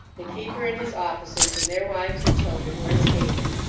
the keeper, and his officers, and their wives and children, were escaping.